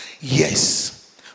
Yes